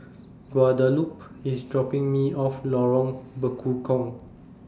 Guadalupe IS dropping Me off Lorong Bekukong